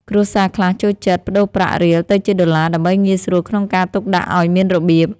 គ្រួសារខ្លះចូលចិត្តប្តូរប្រាក់រៀលទៅជាដុល្លារ ដើម្បីងាយស្រួលក្នុងការទុកដាក់ឱ្យមានរបៀប។